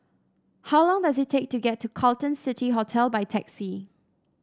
how long does it take to get to Carlton City Hotel by taxi